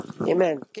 Amen